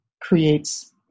creates